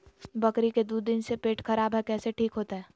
बकरी के दू दिन से पेट खराब है, कैसे ठीक होतैय?